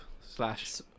slash